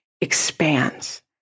expands